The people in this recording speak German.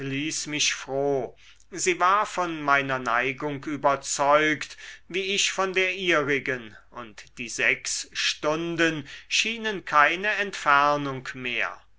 mich froh sie war von meiner neigung überzeugt wie ich von der ihrigen und die sechs stunden schienen keine entfernung mehr